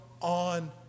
on